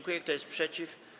Kto jest przeciw?